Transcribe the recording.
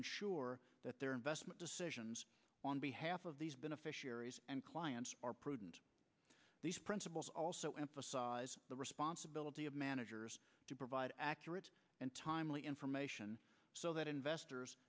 ensure that their investment decisions on behalf of these beneficiaries and clients are prudent these principles also emphasize the responsibility of managers to provide accurate and timely information so that investors